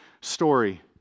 story